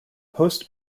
post